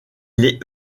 les